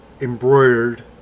embroidered